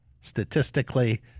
statistically